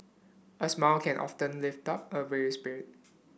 a smile can often lift up a weary spirit